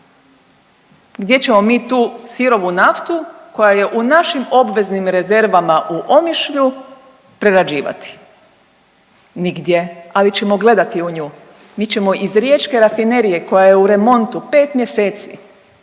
gdje ćemo mi tu sirovu naftu koja je u našim obveznim rezervama u Omišlju prerađivati? Nigdje, ali ćemo gledati u nju. Mi ćemo iz Riječke rafinerija koja je u remontu pet mjeseci